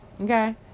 Okay